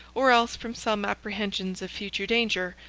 or else from some apprehensions of future danger,